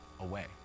away